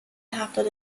هفتاد